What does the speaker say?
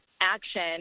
action